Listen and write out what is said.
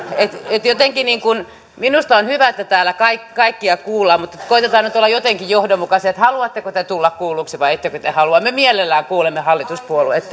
että jotenkin minusta on hyvä että täällä kaikkia kuullaan mutta koetetaan nyt olla jotenkin johdonmukaisia että haluatteko te tulla kuulluksi vai ettekö te halua me hallituspuolueet